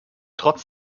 trotz